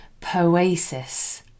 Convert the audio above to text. poesis